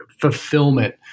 fulfillment